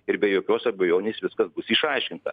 ir be jokios abejonės viskas bus išaiškinta